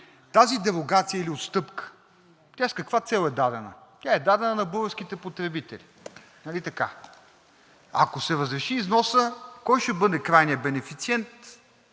тази дерогация или отстъпка с каква цел е дадена? Тя е дадена на българските потребители. Ако се разреши износът, кой ще бъде крайният бенефициент